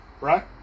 right